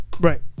right